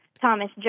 Thomas